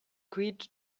greet